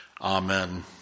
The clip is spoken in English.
Amen